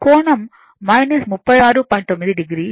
9 o